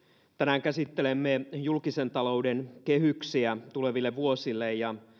tänään käsittelemme julkisen talouden kehyksiä tuleville vuosille ja